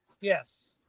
Yes